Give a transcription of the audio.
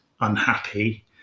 unhappy